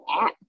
app